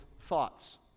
thoughts